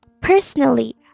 Personally